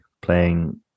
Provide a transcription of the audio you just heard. playing